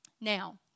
Now